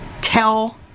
tell